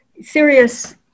serious